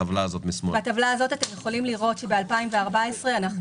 בטבלה משמאל אתם יכולים לראות שב-2014 אנחנו